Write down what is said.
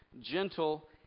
gentle